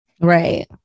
right